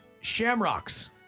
Shamrocks